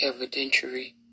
evidentiary